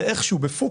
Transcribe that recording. זה איכשהו בפוקס.